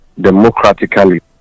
Democratically